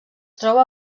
troba